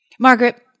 Margaret